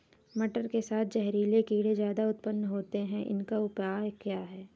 मटर के साथ जहरीले कीड़े ज्यादा उत्पन्न होते हैं इनका उपाय क्या है?